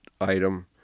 item